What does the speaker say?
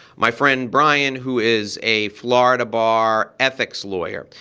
my friend brian who is a florida bar ethics lawyer.